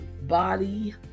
body